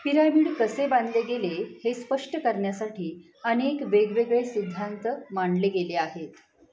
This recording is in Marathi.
पिरॅमिड कसे बांधले गेले हे स्पष्ट करण्यासाठी अनेक वेगवेगळे सिद्धांत मांडले गेले आहेत